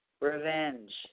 revenge